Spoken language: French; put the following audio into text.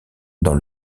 dans